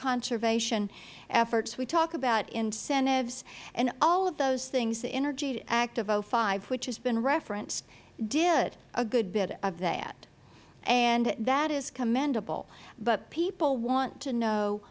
conservation efforts we talk about incentives and all of those things the energy act of five which has been referenced did a good bit of that and that is commendable but people want to know